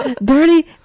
Bernie